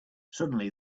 suddenly